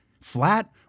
Flat